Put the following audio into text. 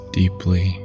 deeply